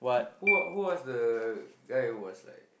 who who was the guy that was like